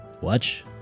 watch